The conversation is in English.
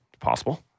Possible